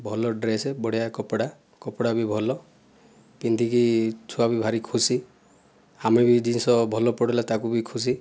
ଭଲ ଡ୍ରେସ୍ ବଢ଼ିଆ କପଡ଼ା କପଡ଼ା ବି ଭଲ ପିନ୍ଧିକି ଛୁଆ ବି ଭାରି ଖୁସି ଆମେ ବି ଜିନିଷ ଭଲ ପଡ଼ିଲା ତାକୁ ବି ଖୁସି